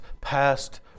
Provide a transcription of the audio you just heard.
past